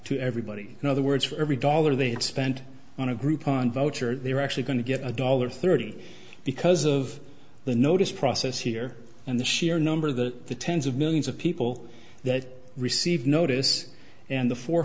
to everybody in other words for every dollar they have spent on a group on vote sure they are actually going to get a dollar thirty because of the notice process here and the sheer number that the tens of millions of people that received notice and the four or